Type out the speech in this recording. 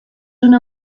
una